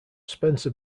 spencer